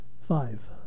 Five